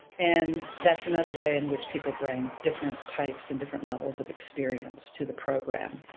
and that's another way in which people bring different types and different levels of experience to the program.